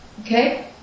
Okay